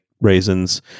raisins